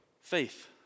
Faith